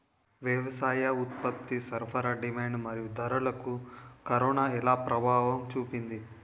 వ్యవసాయ ఉత్పత్తి సరఫరా డిమాండ్ మరియు ధరలకు కరోనా ఎలా ప్రభావం చూపింది